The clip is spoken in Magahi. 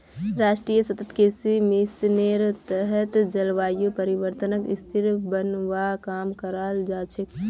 राष्ट्रीय सतत कृषि मिशनेर तहत जलवायु परिवर्तनक स्थिर बनव्वा काम कराल जा छेक